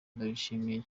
ndabyishimiye